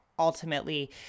Ultimately